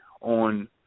on